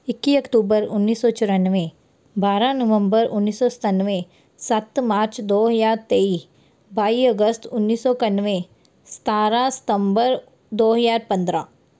ਇੱਕੀ ਅਕਤੂਬਰ ਉੱਨੀ ਸੌ ਚੁਰਾਨਵੇਂ ਬਾਰਾਂ ਨਵੰਬਰ ਉੱਨੀ ਸੌ ਸਤਾਨਵੇਂ ਸੱਤ ਮਾਰਚ ਦੋ ਹਜ਼ਾਰ ਤੇਈ ਬਾਈ ਅਗਸਤ ਉੱਨੀ ਸੌ ਇਕਾਨਵੇਂ ਸਤਾਰਾਂ ਸਤੰਬਰ ਦੋ ਹਜ਼ਾਰ ਪੰਦਰਾਂ